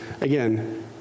again